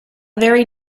very